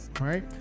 right